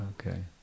Okay